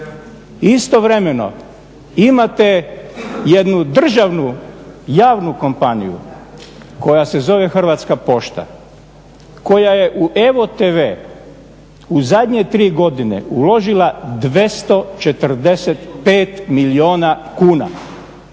istovremeno imate jednu državnu javnu kompaniju koja se zove Hrvatska pošta, koja je u Evo Tv u zadnje 3 godine uložila 245 milijuna kuna